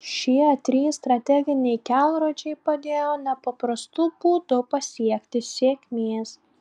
šie trys strateginiai kelrodžiai padėjo nepaprastu būdu pasiekti sėkmės